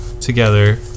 together